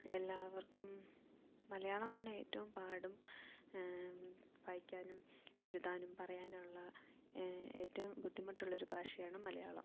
എല്ലാവർക്കും മലയാളമാണ് ഏറ്റവും പാടും വായിക്കാനും എഴുതാനും പറയാനുമുള്ള ഏറ്റവും ബുദ്ധിമുട്ടുള്ളൊരു ഭാഷയാണ് മലയാളം